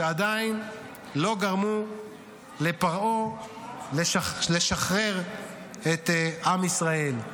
שעדיין לא גרמו לפרעה לשחרר את עם ישראל.